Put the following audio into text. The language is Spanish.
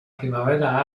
primavera